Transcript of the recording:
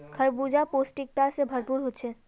खरबूजा पौष्टिकता से भरपूर होछे